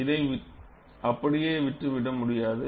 இதை அப்படியே விட்டு விட முடியாது